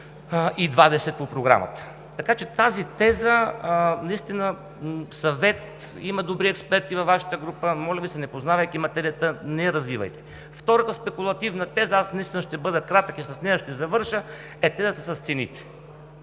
220 по Програмата, така че тази теза наистина – съвет, има добри експерти във Вашата група, моля Ви се, непознавайки материята, не я развивайте. Втората спекулативна теза – аз наистина ще бъда кратък и с нея ще завърша – е тезата с цените.